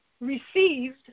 received